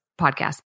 podcast